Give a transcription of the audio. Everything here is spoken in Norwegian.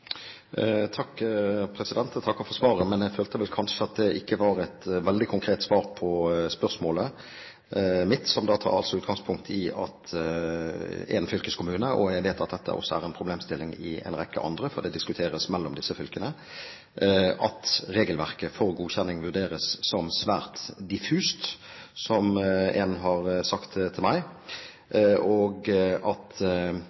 Jeg takker for svaret. Jeg følte vel kanskje at det ikke var et veldig konkret svar på spørsmålet mitt, som tar utgangspunkt i at en fylkeskommune – jeg vet at dette også er en problemstilling i en rekke andre fylkeskommuner, for det diskuteres mellom disse fylkene – vurderer regelverket for godkjenning som svært diffust, som en har sagt til meg, og at